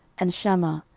and shamma,